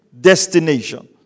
destination